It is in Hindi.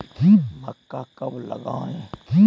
मक्का कब लगाएँ?